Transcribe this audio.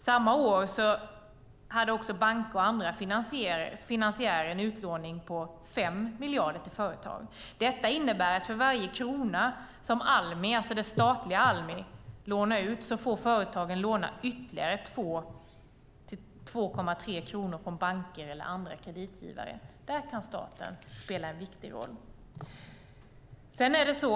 Samma år hade banker och andra finansiärer en utlåning på 5 miljarder till företag. Detta innebär att för varje krona som det statliga Almi lånar ut får företagen låna ytterligare 2:30 kronor från banker eller andra kreditgivare. Där kan staten spela en viktig roll.